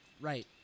Right